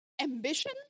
ambition